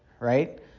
right